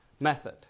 method